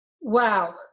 Wow